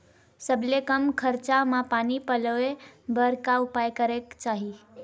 सबले कम खरचा मा पानी पलोए बर का उपाय करेक चाही?